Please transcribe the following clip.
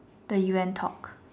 the U_N talk